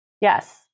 Yes